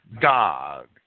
God